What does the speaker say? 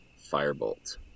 Firebolt